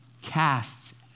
casts